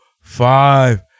five